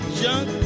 junk